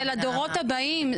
זה לדורות הבאים,